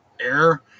air